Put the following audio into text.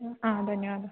आ धन्यवादः